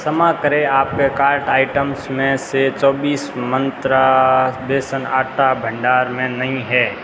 क्षमा करें आपके कार्ट आइटम्स में से चौबीस मंत्रा बेसन आटा भंडार में नहीं है